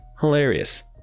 hilarious